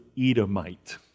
Edomite